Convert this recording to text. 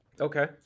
okay